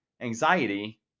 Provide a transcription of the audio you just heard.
anxiety